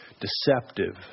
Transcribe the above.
deceptive